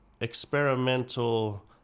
experimental